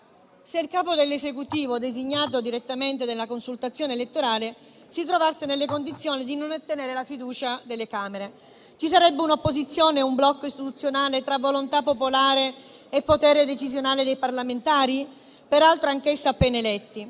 se il capo dell'Esecutivo, designato direttamente della consultazione elettorale, si trovasse nelle condizioni di non ottenere la fiducia delle Camere? Ci sarebbe un'opposizione, un blocco istituzionale tra volontà popolare e potere decisionale dei parlamentari, peraltro anch'essi appena eletti?